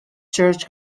church